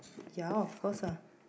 yeah of course lah